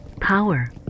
Power